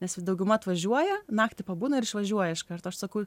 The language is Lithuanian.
nes dauguma atvažiuoja naktį pabūna ir išvažiuoja iš karto aš sakau